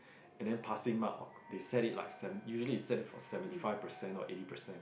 and then passing mark or they set it like seven usually they set it for seven five percent or eighty percent